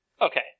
okay